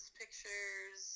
pictures